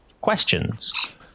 questions